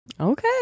Okay